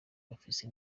bafise